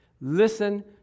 Listen